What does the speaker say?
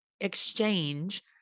exchange